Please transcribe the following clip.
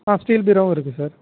ஆ steel பீரோவும் இருக்கு sir